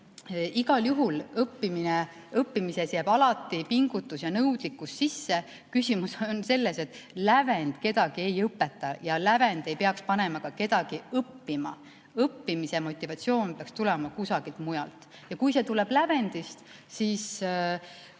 Igal juhul, õppimisse jäävad alati pingutus ja nõudlikkus sisse. Küsimus on selles, et lävend kedagi ei õpeta ja lävend ei peaks panema ka kedagi õppima. Õppimise motivatsioon peaks tulema kusagilt mujalt. Ja kui see tuleb lävendist, siis